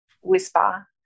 whisper